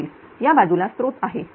या बाजुला स्त्रोत आहे बरोबर